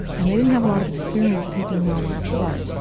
and they didn't have a lot of experience taking malware apart,